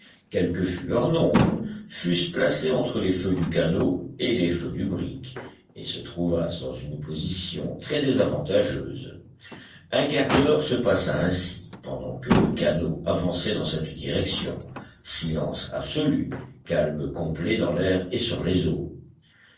que fût leur nombre fussent placés entre les feux du canot et les feux du brick et se trouvassent dans une position très désavantageuse un quart d'heure se passa ainsi pendant que le canot avançait dans cette direction silence absolu calme complet dans l'air et sur les eaux